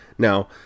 Now